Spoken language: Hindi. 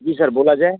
जी सर बोला जाए